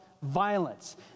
violence